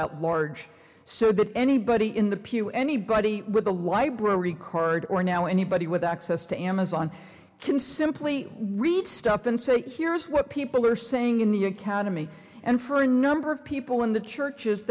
at large so that anybody in the pew anybody with a library card or now anybody with access to amazon can simply read stuff and say here's what people are saying in the academy and for a number of people in the churches